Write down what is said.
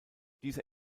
dieser